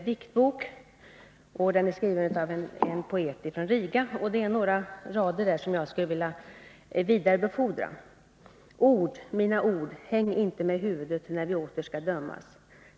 Det är en diktbok, skriven av en poet från Riga, och jag skulle vilja vidarebefordra några rader ur den: ”Ord, mina ord, häng inte med huvudet, när vi åter ska dömas!